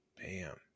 Bam